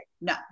no